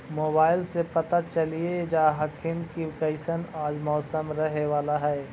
मोबाईलबा से पता चलिये जा हखिन की कैसन आज मौसम रहे बाला है?